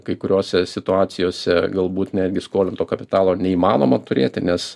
kai kuriose situacijose galbūt netgi skolinto kapitalo neįmanoma turėti nes